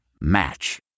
Match